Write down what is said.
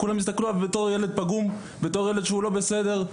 כולם יסתכלו עליו בתור ילד פגום או ילד שהוא לא בסדר.